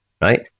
right